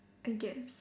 I guess